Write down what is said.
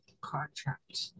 contract